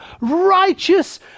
righteous